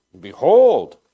Behold